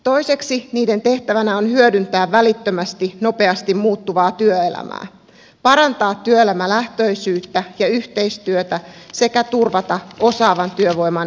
toiseksi niiden tehtävänä on hyödyntää välittömästi nopeasti muuttuvaa työelämää parantaa työelämälähtöisyyttä ja yhteistyötä sekä turvata osaavan työvoiman saatavuutta